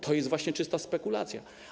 To jest właśnie czysta spekulacja.